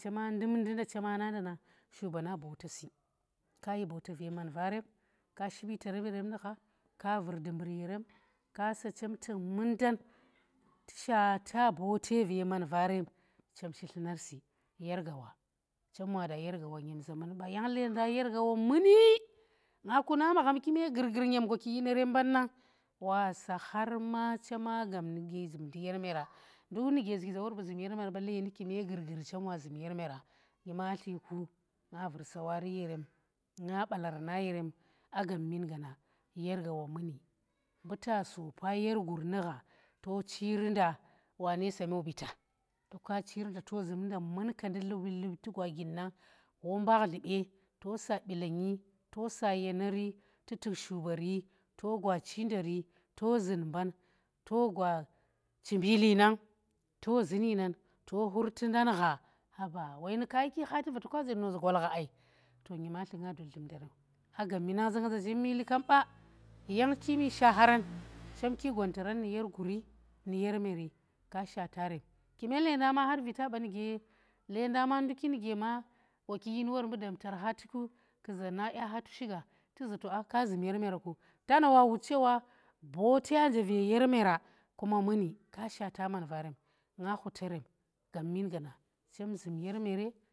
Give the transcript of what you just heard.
Shub ba na chema ndum ndu nda chema nai nda shuba na bota si kayi bota ve man veram, ka ship yiterem kasa chem tuk mundan tu sheta bote ve man vaarem chem shi tlumar si yer gaawa. chem wa da yer gaawa nyemza mun ba, yang lenda yer gaawa muni, nga kuna magham kume gurgur nuge chem gwa ki yine rem mban nang wasa har ma chema gab mive zumndi yer meera, nduk nuge zuki zawor bu zum yer meera ba leeni kume gurguri chem wa zum yer meera nyimatli ku na vur sawari yeren nba balar na yerem a gamman gaana, yer gur nu gha to chi nda wane semu vita toka chiri nda to zumndinda munkandi liwit liwit tu gwa ginna ghwa mbakhdlube tosa bilangi tosa yenari tu tuk shubari to gwa chindari to zun mban to gwa chimbili nang to zun yi nan to khurti ndan gha haba woi nu ka shiki hati va toka zanda za gol gha ai to nyimatli nga dud dlumnderema gammi, nang zu nga za zummi likam ba yang kimi sakha ran, chem ki gwantaran nu yer guuri nu yer meera ka shatarem kime lenda ma har vita ba nu ge lenda ma nduki nuge gwa ki yin wor mbu damtar hati ku, kuza nada hatu suga tuza to a naka zum yer meera, ta na wut chewa botang anje ve yar mera ka shata man va remi nga khuterem gammin gaana chem zum yer meere.